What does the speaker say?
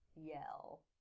yell